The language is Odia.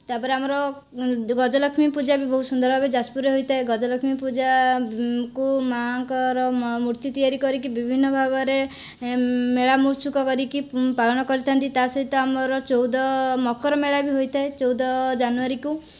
ତା'ପରେ ଆମର ଗଜଲକ୍ଷ୍ମୀ ପୁଜା ବି ବହୁତ ସୁନ୍ଦର ଭାବରେ ଯାଜପୁରରେ ହୋଇଥାଏ ଗଜଲକ୍ଷ୍ମୀ ପୂଜା କୁ ମାଆଙ୍କର ମୂର୍ତ୍ତି ତିଆରି କରିକି ବିଭିନ୍ନ ଭାବରେ ମେଳା ମହୋତ୍ସବ କରିକି ପାଳନ କରିଥାନ୍ତି ତା' ସହିତ ଆମର ଚଉଦ ମକର ମେଳା ବି ହୋଇଥାଏ ଚଉଦ ଜାନୁଆରୀକୁ